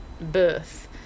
Birth